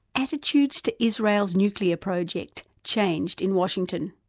attitudes to israel's nuclear project changed in washington.